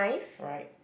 right